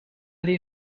die